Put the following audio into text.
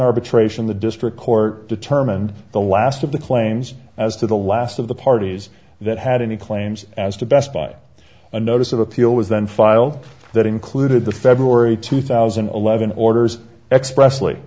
arbitration the district court determined the last of the claims as to the last of the parties that had any claims as to best buy a notice of appeal was then file that included the february two thousand and eleven orders expres